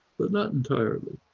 but not entirely,